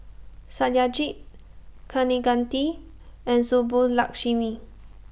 Satyajit Kaneganti and Subbulakshmi